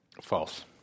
False